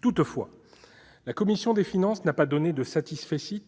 Toutefois, la commission des finances n'a pas donné de satisfecit